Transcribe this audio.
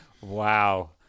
Wow